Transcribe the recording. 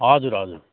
हजुर हजुर